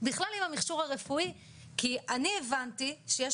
בכלל עם המכשור הרפואי כי אני הבנתי שיש